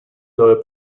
lower